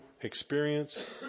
experience